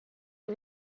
die